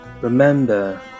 Remember